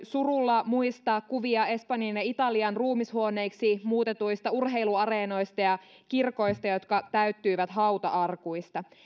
surulla muistaa kuvia espanjan ja italian ruumishuoneiksi muutetuista urheiluareenoista ja kirkoista jotka täyttyivät hauta arkuista